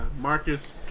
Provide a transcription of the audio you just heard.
Marcus